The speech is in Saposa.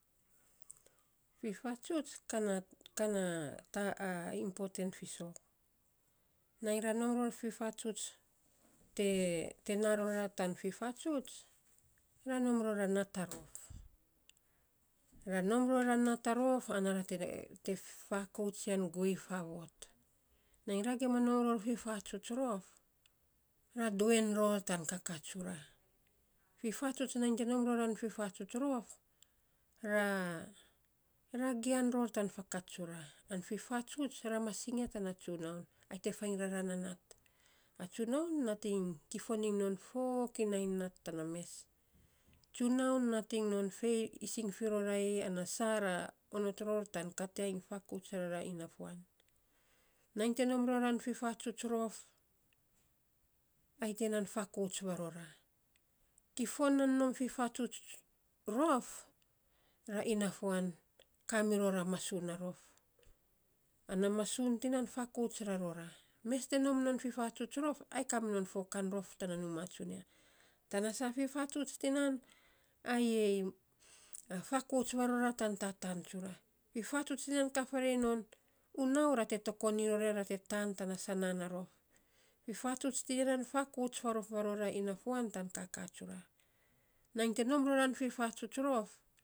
Fifatsuts ka na ka na ta impoten fiisok, nainy ranom ror fifatsuts te te na rora tan fifatsuts ra ror nom a nat a rof. Ra nom, ror a nat a rof ra te fakauts yan guei faavot. Nainy gim ror ma nom a nat a rof, ra duen ror tan kakaa tsura. Fifatsuts, nainy te nom ror ran fifatsuts rof, ra ra gian ror tan fakats tsura, an fifatsuts ra me sinj ya tan tsunaun, ainy te fainy rara na nat. A tsunaun nating kifon iny non fokinai tan tana mes. Tsunaun nat iny non fei ising fi rora ei, ana na sa ra onot ror tan kat ya iny fakaut rara ina fuan. Nainy te nom voran fifatsuts rof ai tiya nan fakauts varora. Kifon nan nom fifatsuts rof, ra inafuan kamiror a masuun na rof, ana masuun tiya nan fakauts varora. Mes te nom non fifatsuts rof ai kaminon fokan rof tan nuuma tsunia. Tana saa fifatsuts tinan ayei fakauts varora tan tataan tsura. Fifatsuts tinan kat faarei non u nau ra te tokon in ror ya ra te taan tana sanaan na rof. Fifatsuts tinan fakaut farof varora inafuan tan kakaa tsura. Nainy te nom roran fifatsuts rof.